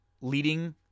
leading